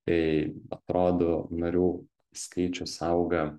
tai atrodo narių skaičius auga